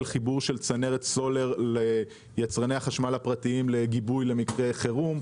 חיבור צנרת סולר ליצרני החשמל הפרטיים לגיבוי במקרה חירום,